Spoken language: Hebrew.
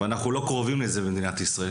ואנחנו לא קרובים לזה במדינת ישראל.